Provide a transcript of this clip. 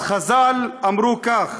אז חז"ל אמרו כך: